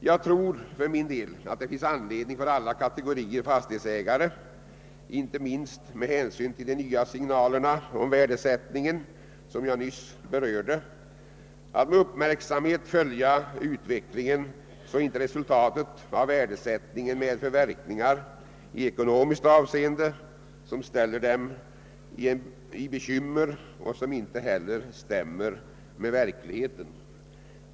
Jag tror för min del, att det finns anledning för alla kategorier fastighetsägare, inte minst med hänsyn till de nya signaler om värdesättningen inför den kommande fastighetstaxeringen som jag nyss berört, att med uppmärksamhet följa utvecklingen, så att inte resultatet av värdesättningen medför verkningar i ekonomiskt avseende, som ställer dem i en bekymmersam situation och som inte heller stämmer med verkligheten.